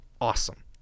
awesome